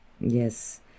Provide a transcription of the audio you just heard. Yes